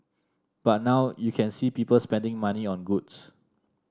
but now you can see people spending money on goods